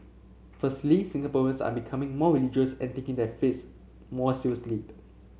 firstly Singaporeans are becoming more religious and taking their faiths more seriously